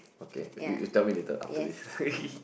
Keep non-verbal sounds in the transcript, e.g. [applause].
okay you you tell me later after this [laughs]